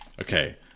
Okay